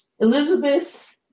Elizabeth